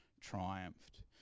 triumphed